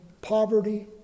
poverty